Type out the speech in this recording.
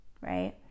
right